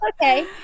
okay